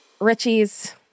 Richies